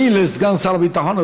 גם היא לסגן שר הביטחון,